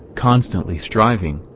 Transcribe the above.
constantly striving,